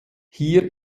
hier